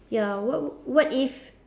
ya what what if